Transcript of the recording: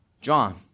John